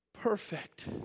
perfect